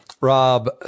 Rob